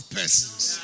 persons